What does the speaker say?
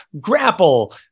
grapple